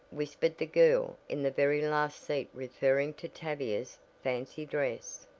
whispered the girl in the very last seat referring to tavia's fancy dress.